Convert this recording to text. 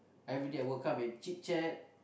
everyday I would come and chit-chat